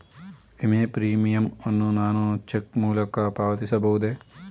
ವಿಮೆ ಪ್ರೀಮಿಯಂ ಅನ್ನು ನಾನು ಚೆಕ್ ಮೂಲಕ ಪಾವತಿಸಬಹುದೇ?